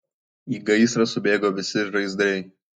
į gaisrą subėgo visi žaizdriai